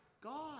God